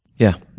yeah.